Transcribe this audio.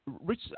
Rich –